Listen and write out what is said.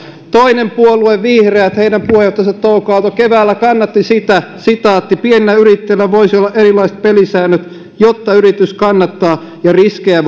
toinen puolue vihreät heidän puheenjohtajansa touko aalto keväällä kannatti sitä pienillä yrittäjillä voisi olla erilaiset pelisäännöt jotta yritys kannattaa ja riskejä